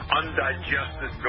undigested